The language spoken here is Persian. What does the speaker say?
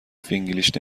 فینگلیش